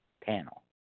panel